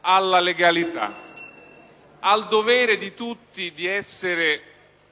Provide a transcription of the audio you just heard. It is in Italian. alla legalità, al dovere di tutti di essere